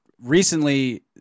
recently